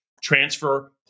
transfer